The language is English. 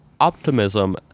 optimism